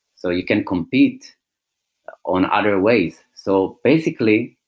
so you can compete on other ways. so, basically,